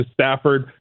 Stafford